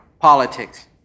politics